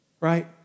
right